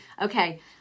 Okay